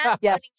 Yes